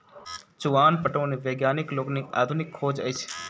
चुआन पटौनी वैज्ञानिक लोकनिक आधुनिक खोज अछि